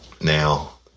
Now